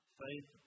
faith